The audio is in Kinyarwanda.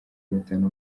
gatanu